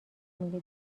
میگه